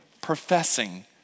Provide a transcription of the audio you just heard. professing